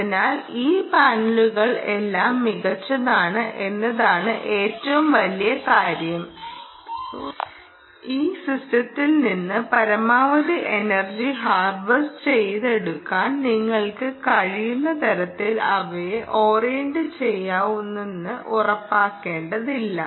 അതിനാൽ ഈ പാനലുകൾ എല്ലാം മികച്ചതാണ് എന്നതാണ് ഏറ്റവും വലിയ കാര്യം ഈ സിസ്റ്റത്തിൽ നിന്ന് പരമാവധി എനർജി ഹാർവെസ്റ്റ് ചെയ്തെടുക്കാൻ നിങ്ങൾക്ക് കഴിയുന്ന തരത്തിൽ അവയെ ഓറിയന്റുചെയ്യുന്നുവെന്ന് ഉറപ്പാക്കേണ്ടതില്ല